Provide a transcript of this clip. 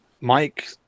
Mike